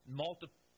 multiple